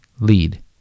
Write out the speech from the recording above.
lead